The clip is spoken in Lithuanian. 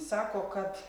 sako kad